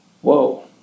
Whoa